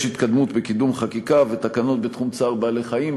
יש התקדמות בקידום חקיקה ותקנות בתחום צער בעלי-חיים,